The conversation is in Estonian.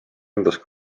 endas